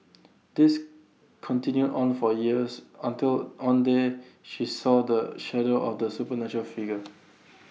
this continued on for years until one day she saw the shadow of the supernatural figure